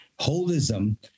holism